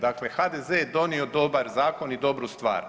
Dakle, HDZ-e je donio dobar zakon i dobru stvar.